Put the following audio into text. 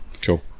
Cool